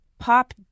pop